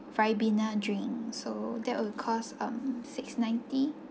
ribena drink so that will cause um six ninety